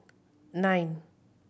nine